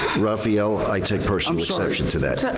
raphael, i take personal exception to that.